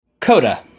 Coda